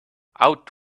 out